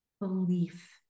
belief